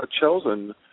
chosen